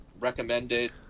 recommended